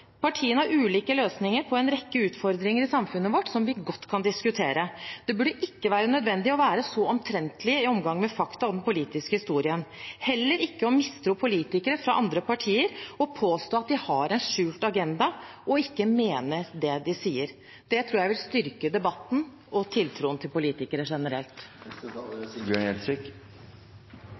Partiene har ulike løsninger på en rekke utfordringer i samfunnet vårt, noe som vi godt kan diskutere. Men det burde ikke være nødvendig å være så omtrentlig i omgangen med fakta og den politiske historien, heller ikke å mistro politikere fra andre partier og påstå at de har en skjult agenda og ikke mener det de sier. Det tror jeg vil styrke debatten og tiltroen til politikere generelt.